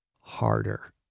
Harder